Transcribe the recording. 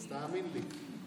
תאמין לי.